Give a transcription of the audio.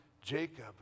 Jacob